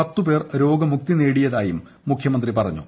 പത്ത് പേർ രോഗമുക്തി നേടിയതായും മുഖ്യമന്ത്രി പറഞ്ഞു